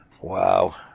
Wow